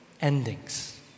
Endings